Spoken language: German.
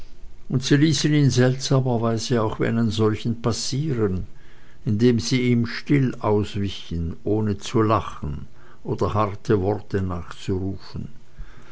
und sie ließen ihn seltsamerweise auch wie einen solchen passieren indem sie ihm still auswichen ohne zu lachen oder harte worte nachzurufen